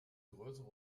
größere